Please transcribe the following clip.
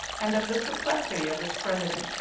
and of the perplexity of its president.